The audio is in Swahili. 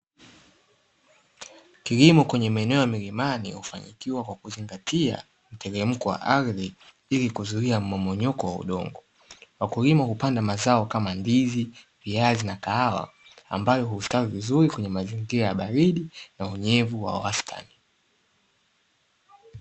Kilimo kwenye maeneo ya milimani hufanikiwa kwa kuzingatia mtelemko ardhi ili kuzuia mmomonyoko wa udongo. Wakulima hupanda mazao kama: ndizi, viazi na kahawa; ambayo hustawi vizuri kwenye mazingira ya baridi na unyevu wa wastani.